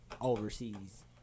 overseas –